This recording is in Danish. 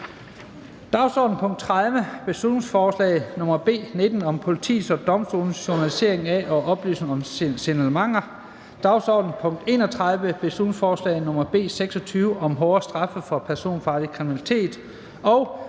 Dagsordenens punkt 30, beslutningsforslag nr. B 19 om politiets og domstolenes journalisering af og oplysning om signalementer, dagsordenens punkt 31, beslutningsforslag nr. B 26 om hårdere straffe for personfarlig kriminalitet,